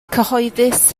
cyhoeddus